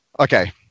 Okay